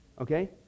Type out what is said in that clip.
Okay